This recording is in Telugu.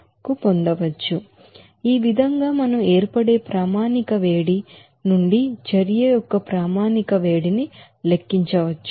కాబట్టి ఈ విధంగా మనం ఏర్పడే స్టాండ్డ్ర్డ్ హీట్ నుండి స్టాండ్డ్ర్డ్ హీట్ అఫ్ రియాక్షన్ని లెక్కించవచ్చు